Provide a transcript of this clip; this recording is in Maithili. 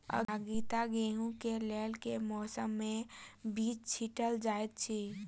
आगिता गेंहूँ कऽ लेल केँ मौसम मे बीज छिटल जाइत अछि?